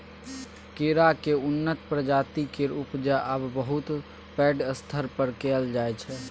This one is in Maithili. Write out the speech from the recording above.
केराक उन्नत प्रजाति केर उपजा आब बहुत पैघ स्तर पर कएल जाइ छै